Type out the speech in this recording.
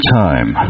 time